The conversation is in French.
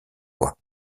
loi